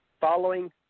Following